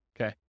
Okay